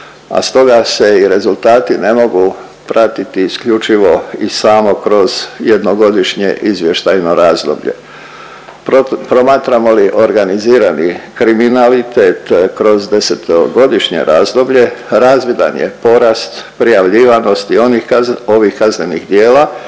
a stoga se i rezultati ne mogu pratiti isključivo i samo kroz jednogodišnje izvještajno razdoblje. Promatramo li organizirani kriminalitet kroz desetogodišnje razdoblje razvidan je porast prijavljivanosti onih kaz… ovih kaznenih djela